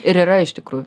ir yra iš tikrųjų